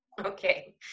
Okay